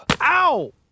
Ow